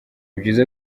byiza